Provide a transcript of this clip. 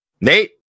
Nate